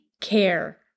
care